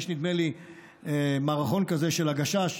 נדמה לי שיש מערכון כזה של הגשש,